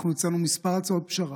הצענו כמה הצעות פשרה,